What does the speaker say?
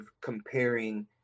comparing